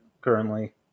currently